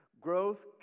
Growth